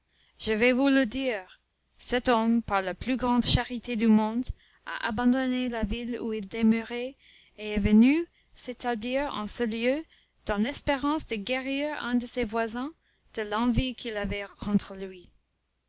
je vais vous le dire cet homme par la plus grande charité du monde a abandonné la ville où il demeurait et est venu s'établir en ce lieu dans l'espérance de guérir un de ses voisins de l'envie qu'il avait contre lui